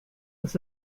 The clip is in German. das